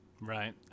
Right